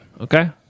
Okay